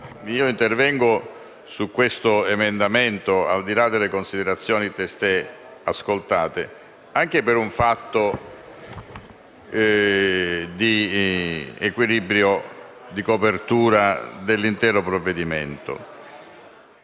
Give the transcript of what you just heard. intervengo su questo emendamento, al di là delle considerazioni testé ascoltate, anche per un fatto di equilibrio di copertura finanziaria dell'intero provvedimento.